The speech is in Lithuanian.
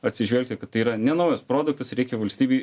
atsižvelgti kad tai yra ne naujas produktas reikia valstybei